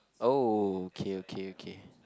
oh okay okay okay